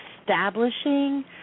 establishing